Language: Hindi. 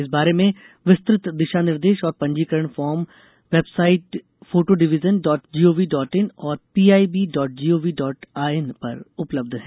इस बारे में विस्तृत दिशा निर्देश और पंजीकरण form website photo division dot gov dot in और PIB dot gov dot in पर उपलब्ध है